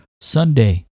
Sunday